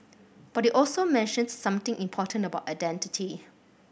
but you also mentioned something important about identity